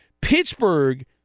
Pittsburgh